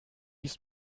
ist